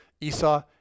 Esau